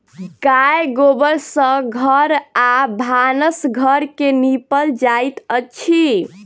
गाय गोबर सँ घर आ भानस घर के निपल जाइत अछि